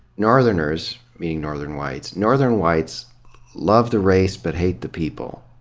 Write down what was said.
northerners meaning northern whites northern whites love the race but hate the people.